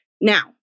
Now